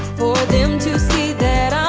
for them to see that